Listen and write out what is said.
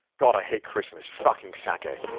god, i hate christmas. fucking sake. and